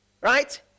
right